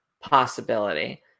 possibility